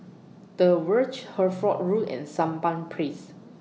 The Verge Hertford Road and Sampan Place